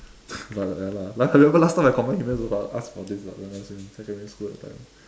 but ya lah la~ remember last time I ask for this when I was in secondary school that time